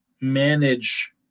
manage